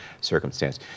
circumstance